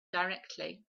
directly